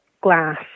glass